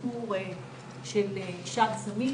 הזכרת ליטל את המחקרים,